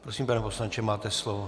Prosím, pane poslanče, máte slovo.